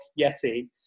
yeti